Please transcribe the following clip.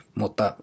mutta